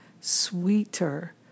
sweeter